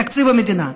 תקציב המדינה.